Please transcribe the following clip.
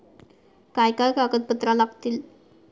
काय काय कागदपत्रा लागतील?